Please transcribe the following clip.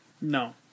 No